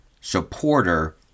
supporter